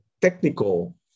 technical